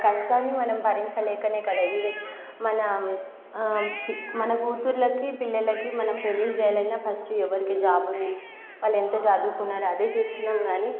ఆ కష్టాన్ని మనం భరించలేకనే కదా ఈ మన మన కూతుళ్ళకి పిల్లలకి మనం పెళ్ళిల్లు చేయాలన్నా ఫస్ట్ ఎవరికీ జాబ్ ఉంది వాళ్ళు ఎంత చదువుకున్నారు అదే చూస్తున్నాం కానీ